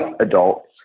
adults